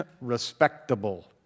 Respectable